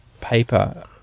paper